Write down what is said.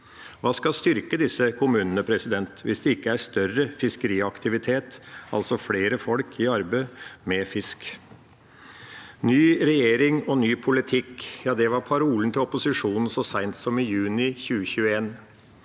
Hva skal styrke disse kommunene hvis det ikke er større fiskeriaktivitet, altså flere folk i arbeid med fisk? Ny regjering og ny politikk var parolen til opposisjonen så sent som i juni 2021.